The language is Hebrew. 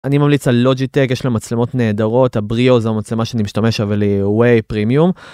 אני ממליץ על לוג'יטק יש לו מצלמות נהדרות הבריאו זה המצלמה שאני משתמש אבל היא way premium.